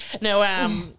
No